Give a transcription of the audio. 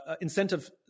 incentive